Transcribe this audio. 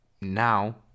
now